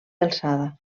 alçada